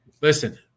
Listen